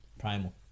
primal